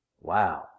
Wow